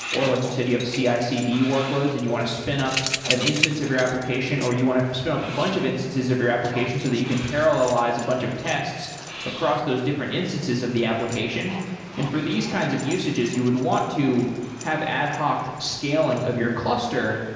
or like you said you have cicd workloads and you want to spin up an instance of your application, or you want to spin up a bunch of instances of your application so that you can parallelize a bunch of tests across those different instances of the application and for these kinds of usages, you would want to have ad hoc scaling of your cluster.